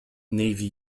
navy